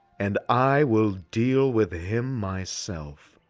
and i will deal with him myself.